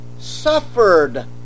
suffered